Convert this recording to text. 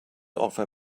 offer